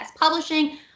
Publishing